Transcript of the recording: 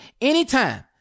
anytime